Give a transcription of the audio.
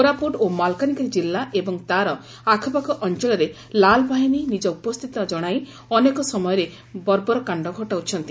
କୋରାପୁଟ୍ ଓ ମାଲକାନଗିରି ଜିଲ୍ଲ ଏବଂ ତାର ଆଖପାଖ ଅଞ୍ଞଳରେ ଲାଲବାହିନୀ ନିକ ଉପସ୍ଥିତି କଣାଇ ଅନେକ ସମୟରେ ବର୍ବକାଣ୍ଡ ଘଟାଉଛନ୍ତି